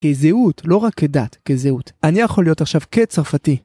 כזהות, לא רק כדת, כזהות. אני יכול להיות עכשיו כצרפתי.